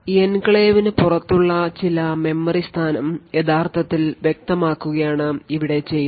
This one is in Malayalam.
എൻക്ലേവിന് പുറത്തുള്ള ചില മെമ്മറി സ്ഥാനം യഥാർത്ഥത്തിൽ വ്യക്തമാക്കുകയാണ് ഇവിടെ ചെയ്യുന്നത്